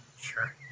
Sure